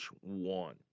one